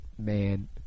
man